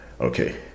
Okay